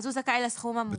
אז הוא זכאי לסכום המוגדל.